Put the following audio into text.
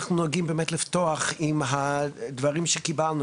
אנחנו נוהגים לפתוח עם הדברים שקיבלנו,